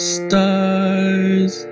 stars